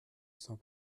sans